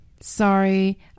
Sorry